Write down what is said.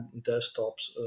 desktops